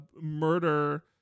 murder